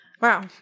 Wow